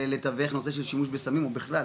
לתווך נושא של שימוש בסמים או בכלל,